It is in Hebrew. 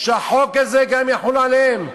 שהחוק הזה גם יחול עליהם.